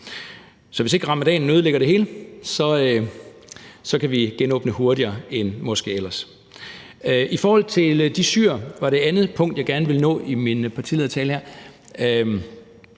Så hvis ikke ramadanen ødelægger det hele, kan vi genåbne hurtigere, end vi måske ellers kunne. I forhold til de syrere – det var det andet punkt, jeg gerne ville nå i min partiledertale her